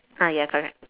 ah ya correct